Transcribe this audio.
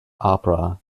opera